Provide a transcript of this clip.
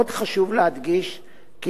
עוד חשוב להדגיש כי